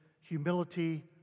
humility